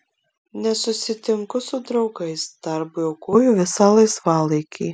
nesusitinku su draugais darbui aukoju visą laisvalaikį